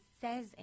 says